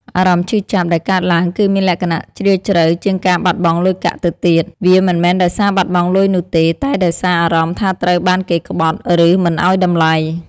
អារម្មណ៍ឈឺចាប់ដែលកើតឡើងគឺមានលក្ខណៈជ្រាលជ្រៅជាងការបាត់បង់លុយកាក់ទៅទៀត វាមិនមែនដោយសារបាត់បង់លុយនោះទេ តែដោយសារអារម្មណ៍ថាត្រូវបានគេក្បត់ ឬមិនឲ្យតម្លៃ។